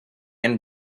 and